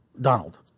Donald